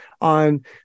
on